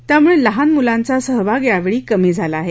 त्यामुळे लहान मुलांचा सहभाग यावेळी कमी झाला आहे